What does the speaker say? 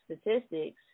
statistics